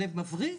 שלו מבריא?